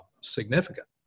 significant